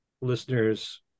listeners